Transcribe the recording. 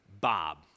Bob